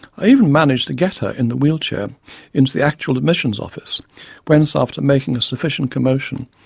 i even managed to get her in the wheelchair into the actual admissions office whence, after making a sufficient commotion,